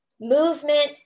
Movement